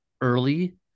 early